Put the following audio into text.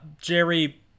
Jerry